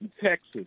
Texas